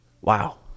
Wow